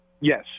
Yes